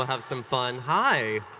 have some fun. hi.